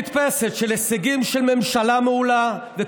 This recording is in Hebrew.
כי אל מול שנה בלתי נתפסת של הישגים של ממשלה מעולה וקואליציה